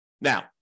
Now